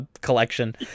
collection